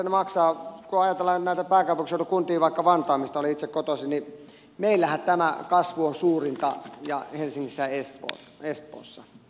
kun ajatellaan nyt näitä pääkaupunkiseudun kuntia vaikka vantaata mistä olen itse kotoisin niin meillähän tämä kasvu on suurinta ja helsingissä ja espoossa